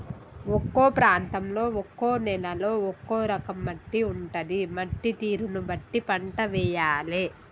ఒక్కో ప్రాంతంలో ఒక్కో నేలలో ఒక్కో రకం మట్టి ఉంటది, మట్టి తీరును బట్టి పంట వేయాలే